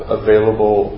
available